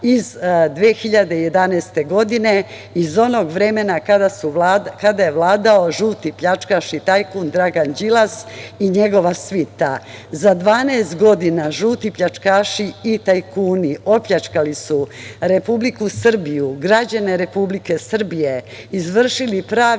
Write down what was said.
iz 2011. godine iz onog vremena kada je vladao žuti pljačkaš i tajkun Dragan Đilas i njegova svita.Za 12 godina žuti pljačkaši i tajkuni opljačkali su Republiku Srbiju, građane Republike Srbije, izvršili pravi